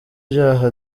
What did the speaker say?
byaha